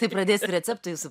tuoj pradėsiu receptų jūsų